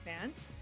fans